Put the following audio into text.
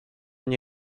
nie